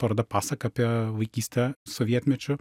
paroda pasaka apie vaikystę sovietmečiu